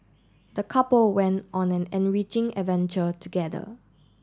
the couple went on an enriching adventure together